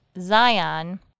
Zion